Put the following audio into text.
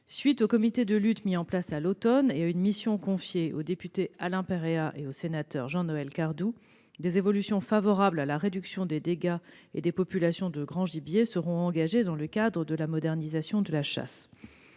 suite du comité de lutte mis en place à l'automne et à une mission confiée au député Alain Péréa et au sénateur Jean-Noël Cardoux, des évolutions favorables à la réduction des dégâts et des populations de grand gibier seront mises en oeuvre dans le cadre de la modernisation de la chasse.